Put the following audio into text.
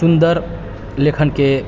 सुन्दर लेखनके